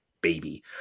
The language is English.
baby